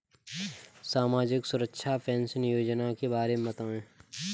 सामाजिक सुरक्षा पेंशन योजना के बारे में बताएँ?